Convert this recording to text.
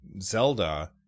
Zelda